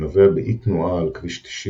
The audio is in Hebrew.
הנובע באי תנועה על כביש 90